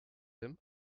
him